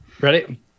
Ready